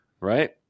right